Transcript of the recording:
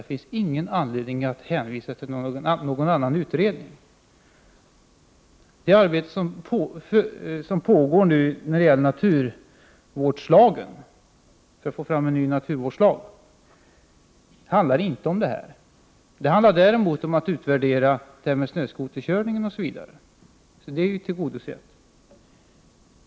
Det finns ingen anledning att hänvisa till någon annan utredning. Det arbete som pågår för att få fram en ny naturvårdslag handlar inte om detta. Det handlar däremot om att utvärdera snöskoterkörningen m.m., så den delen är tillgodosedd.